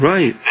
Right